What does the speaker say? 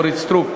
אורית סטרוק,